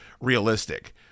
realistic